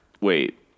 Wait